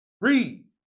Read